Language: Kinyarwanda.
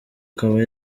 akaba